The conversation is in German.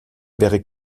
wäre